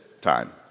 time